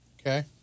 Okay